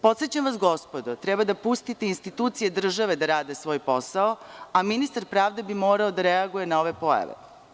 Podsećam vas, gospodo, treba da pustite institucije države da rade svoj posao, a ministar pravde bi morao da reaguje na ove pojave.